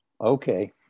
Okay